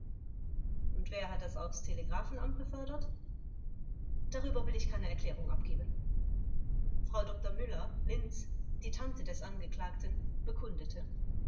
und wer hat es aufs telegraphenamt befördert angekl darüber will ich keine erklärung abgeben frau dr müller linz die tante des angeklagten bekundete